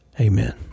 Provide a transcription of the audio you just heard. amen